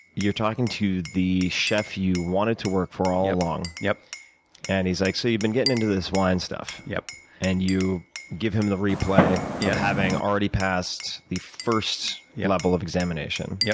you're talking to the chef you wanted to work for all along. yeah and he's like so you've been getting into this wine stuff. yeah and you give him the replay of yeah having already passed the first yeah level of examination. yeah